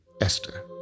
Esther